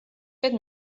fet